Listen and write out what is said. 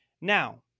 Now